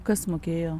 kas mokėjo